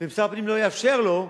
אם שר הפנים לא יאפשר לו,